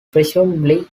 presumably